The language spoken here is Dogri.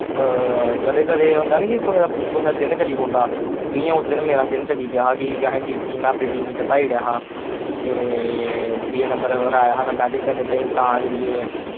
कदें कदेै होंदा नि कि कुसै दा कुसै दा दिन चली पौंदा इयां उस दिन मेरा दिन चली पेआ हा कि असें जी टीम अपनी टीम ही जिताई ओड़ेआ हा ते त्रीए नंबर पर आया हा मैं बैटिंग करने ताईं तां करियै